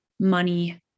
money